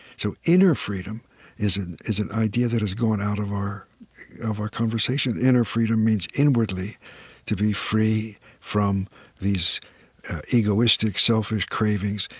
so inner freedom is an is an idea that has gone out of our of our conversation. inner freedom means inwardly to be free from these egoistic, selfish cravings,